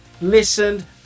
listened